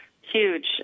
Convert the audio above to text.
huge